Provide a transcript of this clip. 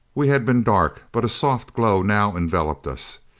we had been dark, but a soft glow now enveloped us.